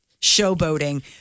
showboating